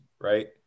right